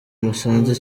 musanze